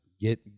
get